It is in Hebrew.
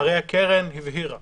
הרי הקרן הבהירה